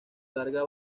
larga